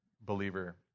believer